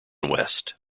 west